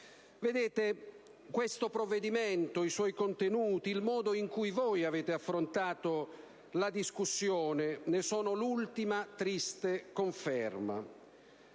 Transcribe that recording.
Paese. Questo provvedimento, i suoi contenuti e il modo in cui voi avete affrontato la discussione ne sono l'ultima triste conferma.